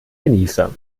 genießer